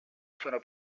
sono